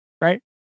right